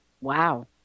Wow